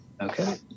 Okay